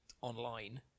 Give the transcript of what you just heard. online